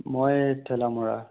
মই ঠেলামৰা